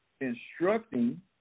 instructing